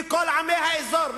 וכל עמי האזור,